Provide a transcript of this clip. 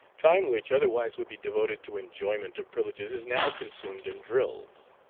time which otherwise would be devoted to enjoyment of privileges is now consumed in drills.